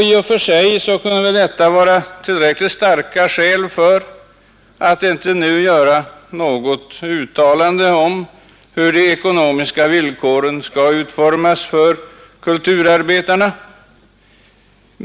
I och för sig kunde detta vara tillräckligt starka skäl för att inte nu göra något uttalande om hur de ekonomiska villkoren skall utformas för kulturarbetarna,.